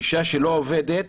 אישה שלא עובדת,